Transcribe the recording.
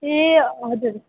ए हजुर